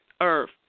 earth